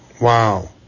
Wow